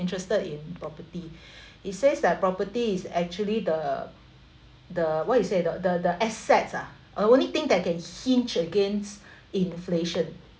interested in property it says that property is actually the the what you say the the the assets ah uh only thing that can hinge against inflation